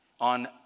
on